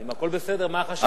אם הכול בסדר, מה החשש?